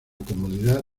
comodidad